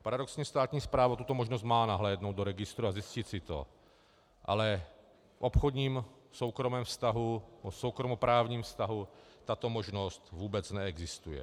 Paradoxně státní správa tuto možnost nahlédnout do registru a zjistit si to má, ale v obchodním, v soukromém vztahu, v soukromoprávním vztahu tato možnost vůbec neexistuje.